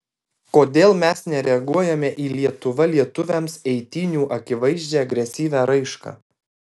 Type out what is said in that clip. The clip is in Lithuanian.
kodėl mes nereaguojame į lietuva lietuviams eitynių akivaizdžią agresyvią raišką